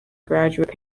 graduate